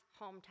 hometown